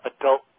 adult